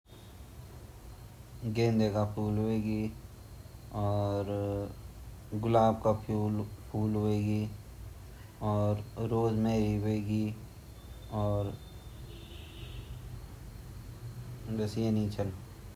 गढ़वाल मा मैक्सिमम बुरासा फूल वांडा बुरास, गुलाब ची गेंदा छिन और प्यूली का फूल भोत सुन्दर वॉन्डा गढ़वाल मा अर येसे से ज़्यादा ता मीते भ्रामकमल आजकल भ्रामकमल भोत खिलया छीना।